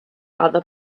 other